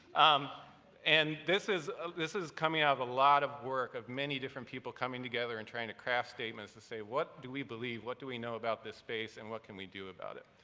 um and this is ah this is coming out a lot of work of many different people coming together and trying to craft statements to say, what do we believe? what do we know about this space and what can we do about it?